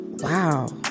Wow